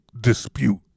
dispute